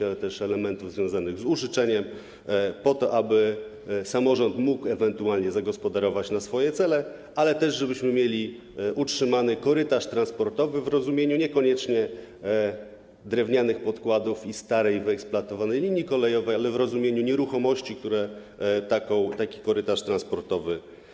Chodzi też o elementy związane z użyczeniem, po to aby samorząd mógł ewentualnie zagospodarować je na swoje cele, ale żebyśmy mieli utrzymany korytarz transportowy w rozumieniu niekoniecznie drewnianych podkładów i starej, wyeksploatowanej linii kolejowej, ale w rozumieniu nieruchomości, które taki korytarz transportowy.